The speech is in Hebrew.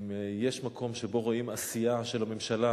שאם יש מקום שבו רואים עשייה של הממשלה,